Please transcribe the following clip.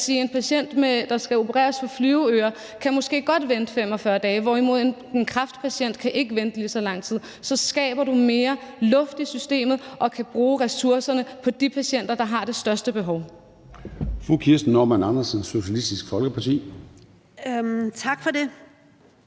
en patient, der skal opereres for flyveører, kan måske godt vente 45 dage, hvorimod en kræftpatient ikke kan vente lige så lang tid, så skaber du mere luft i systemet og kan bruge ressourcerne på de patienter, der har det største behov.